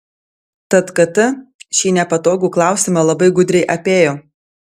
tad kt šį nepatogų klausimą labai gudriai apėjo